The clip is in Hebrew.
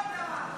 כנסת נכבדה.